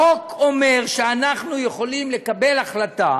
החוק אומר שאנחנו יכולים לקבל החלטה